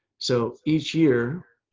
so each year,